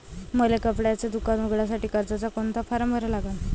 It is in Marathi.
मले कपड्याच दुकान उघडासाठी कर्जाचा कोनचा फारम भरा लागन?